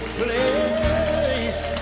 place